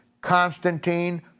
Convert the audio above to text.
Constantine